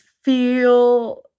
feel